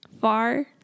far